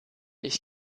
ich